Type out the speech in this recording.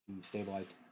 stabilized